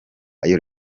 ayo